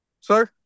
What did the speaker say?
Sir